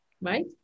right